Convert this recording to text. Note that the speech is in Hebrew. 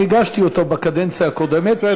אני הגשתי אותו בקדנציה הקודמת,